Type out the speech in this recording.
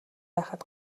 байхад